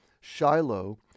Shiloh